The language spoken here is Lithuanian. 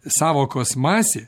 sąvokos masė